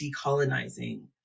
decolonizing